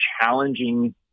challenging